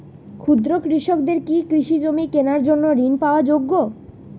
ক্ষুদ্র কৃষকরা কি কৃষিজমি কেনার জন্য ঋণ পাওয়ার যোগ্য?